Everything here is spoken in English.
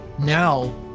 now